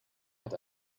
hat